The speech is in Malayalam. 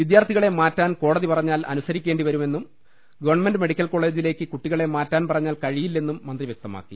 വിദ്യാർത്ഥികളെ മാറ്റാൻ കോടതി പറഞ്ഞാൽ അനുസരിക്കേണ്ടിവരുമെന്നും ഗവൺമെന്റ് മെഡി ക്കൽ കോളജിലേക്ക് കുട്ടികളെ മാറ്റാൻ പറഞ്ഞാൽ കഴിയില്ലെന്നും മന്ത്രി വ്യക്തമാക്കി